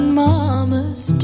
mamas